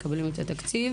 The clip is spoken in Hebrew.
מקבלים את התקציב,